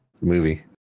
movie